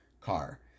car